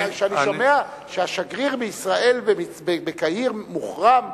אבל כשאני שומע ששגריר ישראל בקהיר מוחרם,